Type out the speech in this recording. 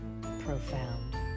profound